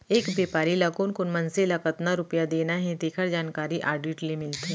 एक बेपारी ल कोन कोन मनसे ल कतना रूपिया देना हे तेखर जानकारी आडिट ले मिलथे